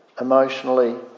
emotionally